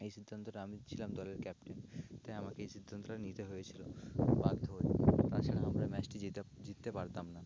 এই সিদ্ধান্তটা আমি ছিলাম দলের ক্যাপ্টেন তাই আমাকে এই সিদ্ধান্তটা নিতে হয়েছিলো বাধ্য হয়ে তাছাড়া আমরা ম্যাচটি জিততে পারতাম না